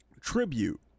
tribute